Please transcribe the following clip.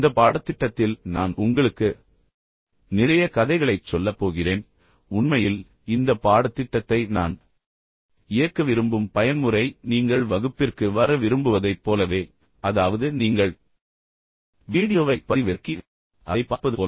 இந்த பாடத்திட்டத்தில் நான் உங்களுக்கு நிறைய கதைகளைச் சொல்லப் போகிறேன் உண்மையில் இந்த பாடத்திட்டத்தை நான் இயக்க விரும்பும் பயன்முறை நீங்கள் வகுப்பிற்கு வர விரும்புவதைப் போலவே அதாவது நீங்கள் வீடியோவை பதிவிறக்கி மற்றும் அதை பார்ப்பது போல